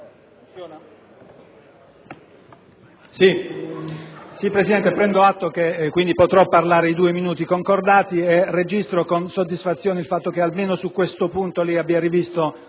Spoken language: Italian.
Presidente, prendo atto che potrò parlare per i due minuti concordati e registro con soddisfazione il fatto che almeno su questo punto lei abbia rivisto